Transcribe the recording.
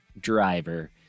driver